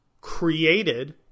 created